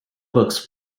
books